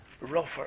rougher